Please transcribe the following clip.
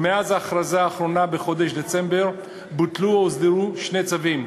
ומאז ההכרזה האחרונה בחודש דצמבר בוטלו או הוסדרו שני צווים.